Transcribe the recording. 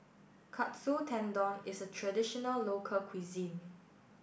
Katsu Tendon is a traditional local cuisine